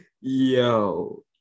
Yo